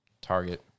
target